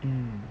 mm